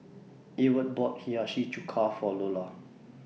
Ewart bought Hiyashi Chuka For Lola